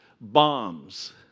bombs